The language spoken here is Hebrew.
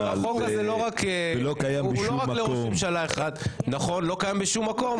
ולא קיים בשום מקום.